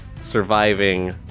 surviving